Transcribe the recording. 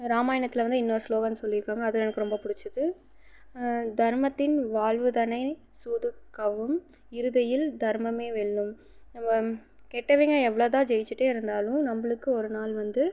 ராமாயணத்தில் வந்து இன்னொரு ஸ்லோகன் சொல்லியிருக்காங்க அதுவும் எனக்கு ரொம்ப பிடிச்சிது தர்மத்தின் வாழ்வுதனை சூது கவ்வும் இறுதியில் தர்மமே வெல்லும் நம்ம கெட்டவங்க எவ்வளோ தான் ஜெயிச்சுட்டே இருந்தாலும் நம்மளுக்கு ஒரு நாள் வந்து